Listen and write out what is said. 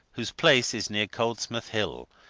whose place is near coldsmouth hill,